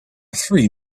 three